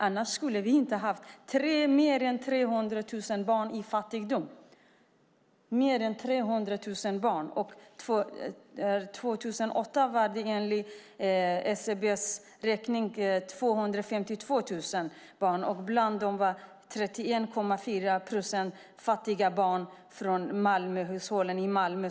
I dag lever fler än 300 000 barn i fattigdom. År 2008 var det enligt SCB 252 000 barn. Av dem var 31,4 procent fattiga barn från invandrarhushåll i Malmö.